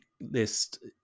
list